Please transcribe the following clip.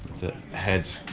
the heads